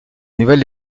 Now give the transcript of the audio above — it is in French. nouvelle